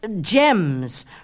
gems